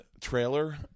trailer